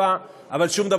לא לרדת עד שאני